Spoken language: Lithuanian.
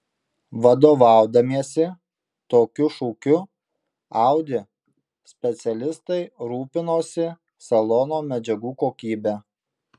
vadovaudamiesi tokiu šūkiu audi specialistai rūpinosi salono medžiagų kokybe